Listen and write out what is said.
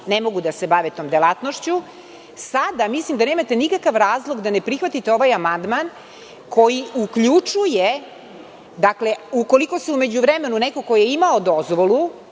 ne mogu da se bave tom delatnošću, sada mislim da nemate nikakav razlog da ne prihvatite ovaj amandman koji uključuje, ukoliko se u međuvremenu neko ko je imao dozvolu